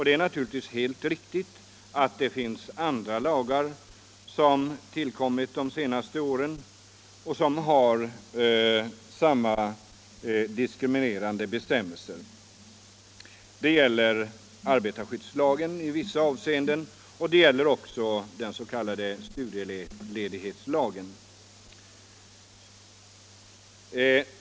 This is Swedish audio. Det är naturligtvis helt riktigt att det finns andra lagar som tillkommit de senaste åren och som har samma diskriminerande bestämmelser. Det gäller i vissa avseenden arbetarskyddslagen, och det gäller den s.k. studieledighetslagen.